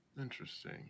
Interesting